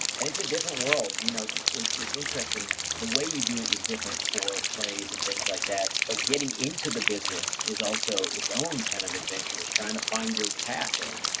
and it's a different world. you know it's interesting, the way you do it is different for plays and things like that. but getting into the business is also its own kind of adventure is trying to find your path in.